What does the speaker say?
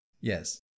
Yes